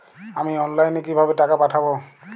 আমি অনলাইনে কিভাবে টাকা পাঠাব?